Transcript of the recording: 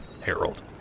Harold